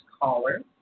caller